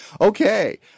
Okay